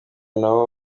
nabo